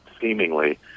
seemingly